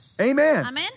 Amen